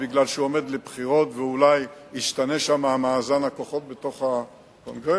משום שהוא עומד לבחירות ואולי ישתנה שם מאזן הכוחות בתוך הקונגרס?